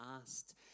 asked